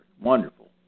wonderful